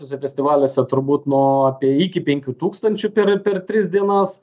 tuose festivaliuose turbūt nuo apie iki penkių tūkstančių per per tris dienas